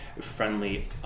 friendly